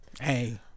Hey